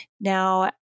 Now